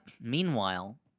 Meanwhile